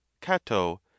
Cato